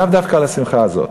לאו דווקא על השמחה הזאת,